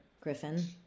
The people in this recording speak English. Griffin